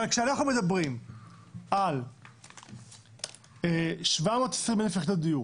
אבל כשאנחנו מדברים על 720,000 יחידות דיור